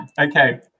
Okay